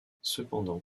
cependant